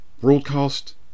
broadcast